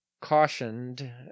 cautioned